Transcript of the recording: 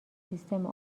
سیستم